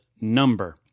number